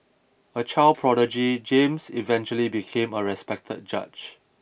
a child prodigy James eventually became a respected judge